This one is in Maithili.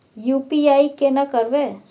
यु.पी.आई केना करबे?